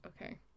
okay